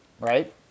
right